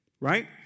right